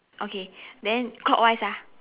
okay then clockwise ah